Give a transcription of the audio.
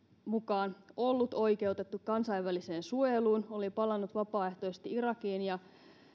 mukaan ollut oikeutettu kansainväliseen suojeluun oli palannut vapaaehtoisesti irakiin ja